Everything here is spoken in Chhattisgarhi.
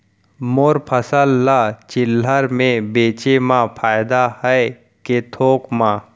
मोर फसल ल चिल्हर में बेचे म फायदा है के थोक म?